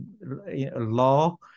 law